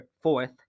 fourth